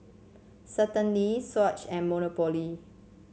Certainty Swatch and Monopoly